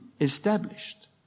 established